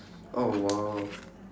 oh !wow!